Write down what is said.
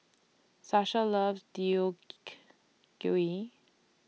Shasta loves Gui